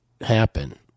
happen